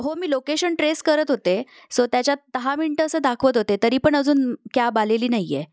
हो मी location trace करत होते सो त्याच्यात दहा मिनटं असं दाखवत होते तरी पण अजून कॅब आलेली नाही आहे